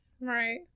Right